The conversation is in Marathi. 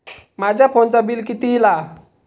माझ्या फोनचा बिल किती इला?